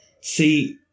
See